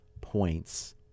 points